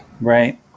Right